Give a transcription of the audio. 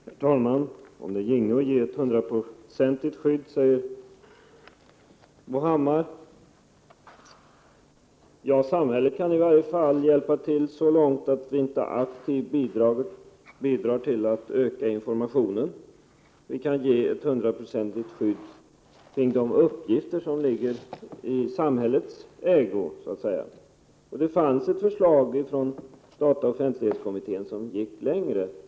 Herr talman! Om det bara ginge att ge ett hundraprocentigt skydd, säger Bo Hammar. Ja, samhället kan i varje fall hjälpa till genom att inte aktivt bidra till att öka informationen. Vi kan ge ett hundraprocentigt skydd kring de uppgifter som ligger i samhällets ägo så att säga. Det fanns ett förslag från dataoch offentlighetskommittén som gick längre.